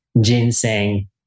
ginseng